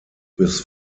bis